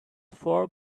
four